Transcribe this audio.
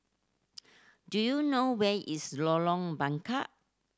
do you know where is Lorong Bengkok